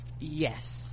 Yes